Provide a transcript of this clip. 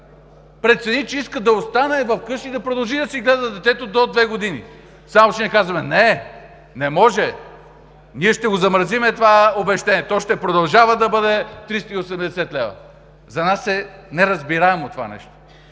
прецени, че иска да остане вкъщи и да продължи да си гледа детето до две години. Само че ние казваме: „Не, не може! Ние ще замразим това обезщетение. То ще продължава да бъде 380 лв.“ За нас това е неразбираемо и не